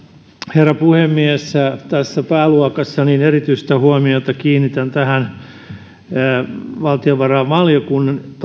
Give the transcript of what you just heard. herra puhemies tässä pääluokassa erityistä huomiota kiinnitän valtiovarainvaliokunnan